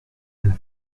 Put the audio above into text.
and